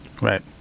Right